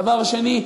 דבר שני,